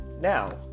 Now